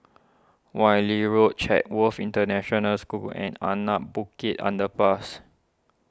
Wan Lee Road Chatsworth International School and Anak Bukit Underpass